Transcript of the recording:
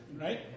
right